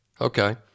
Okay